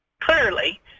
Clearly